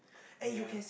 ya